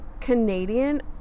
Canadian